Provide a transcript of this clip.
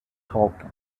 tolkien